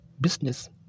business